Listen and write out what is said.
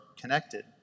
connected